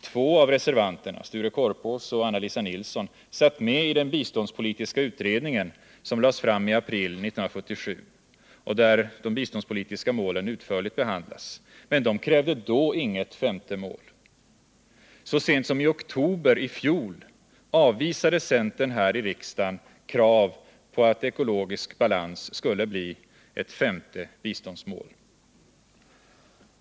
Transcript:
Två av reservanterna — Sture Korpås och Anna-Lisa Nilsson — satt med i den biståndspolitiska utredningen, som lades fram i april 1977, men krävde då inget femte mål. Så sent som i oktober 1978 avvisade centern här i riksdagen krav på att ekologisk balans skulle bli ett femte biståndsmål.